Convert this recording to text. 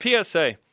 PSA